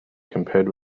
compared